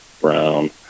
brown